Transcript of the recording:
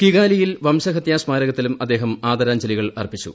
കിഗാലിയിൽ വംശഹത്യ സ്മാരകത്തിലും അദ്ദേഹം ആദരാഞ്ജലികൾ അർപ്പിച്ചു